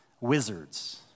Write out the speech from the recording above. wizards